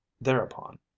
thereupon